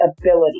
ability